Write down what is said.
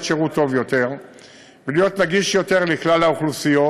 שירות טוב יותר ולהיות נגיש יותר לכלל האוכלוסיות,